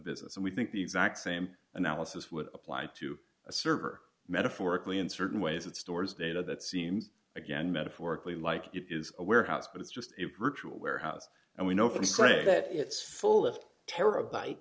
business and we think the exact same analysis would apply to a server metaphorically in certain ways it stores data that seems again metaphorically like it is a warehouse but it's just a ritual warehouse and we know